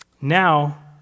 Now